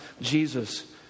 Jesus